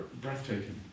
breathtaking